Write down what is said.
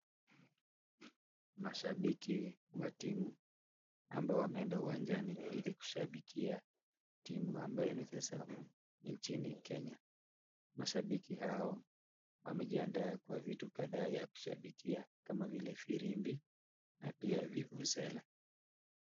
Mashabiki wa timu ambao wameenda uwanjani ili kushabikia timu ambayo inacheza nchini Kenya. Mashabiki hao wamejiandaa kwa vitu kadhaa ya kushabikia kama vile firimbi na pia vuvuzela.